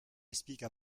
explique